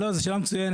לא, זו שאלה מצוינת.